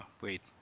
Wait